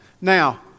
Now